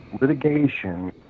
litigation